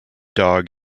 dog